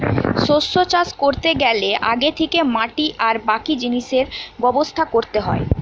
শস্য চাষ কোরতে গ্যালে আগে থিকে মাটি আর বাকি জিনিসের ব্যবস্থা কোরতে হয়